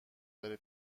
داره